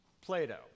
Plato